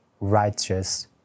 righteous